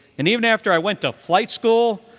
and even after i went to flight school,